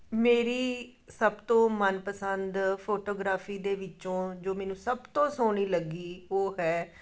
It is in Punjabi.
ਮੇਰੀ ਸਭ ਤੋਂ ਮਨ ਪਸੰਦ ਫੋਟੋਗ੍ਰਾਫੀ ਦੇ ਵਿੱਚੋਂ ਜੋ ਮੈਨੂੰ ਸਭ ਤੋਂ ਸੋਹਣੀ ਲੱਗੀ ਉਹ ਹੈ